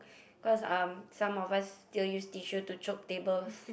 cause um some of us still use tissue to chope tables